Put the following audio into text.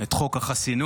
את חוק החסינות.